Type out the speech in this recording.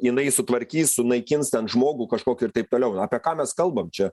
jinai sutvarkys sunaikins ten žmogų kažkokį ir taip toliau apie ką mes kalbam čia